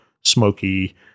smoky